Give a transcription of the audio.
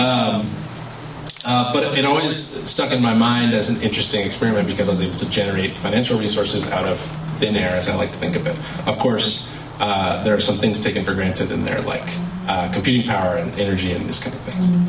wind but it always stuck in my mind as an interesting experiment because i was able to generate financial resources out of thin air as i like to think of it of course there are some things taken for granted in there like computing power and energy in this kind of thing